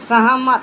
सहमत